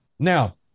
Now